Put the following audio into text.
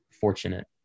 fortunate